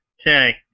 Okay